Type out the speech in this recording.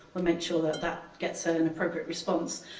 we'll make sure that that gets ah an appropriate response.